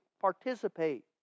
participate